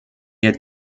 had